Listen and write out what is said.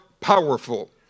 powerful